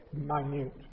minute